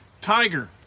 Tiger